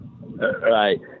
Right